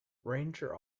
ranger